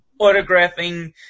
autographing